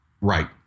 Right